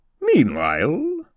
Meanwhile